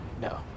No